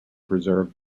preserve